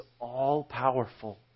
all-powerful